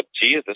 Jesus